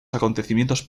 acontecimientos